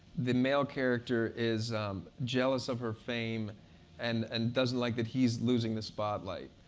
the male character is jealous of her fame and and doesn't like that he's losing the spotlight.